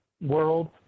world